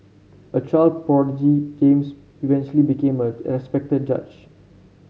a child prodigy James eventually became a respected judge